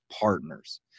partners